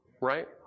right